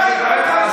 תמשיך בדבריך,